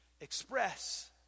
express